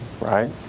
right